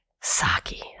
Saki